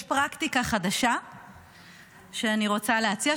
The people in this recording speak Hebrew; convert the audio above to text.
יש פרקטיקה חדשה שאני רוצה להציע,